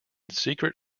secret